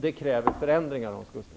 Det kräver förändringar, Hans Gustafsson.